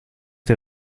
der